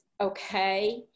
okay